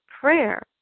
prayer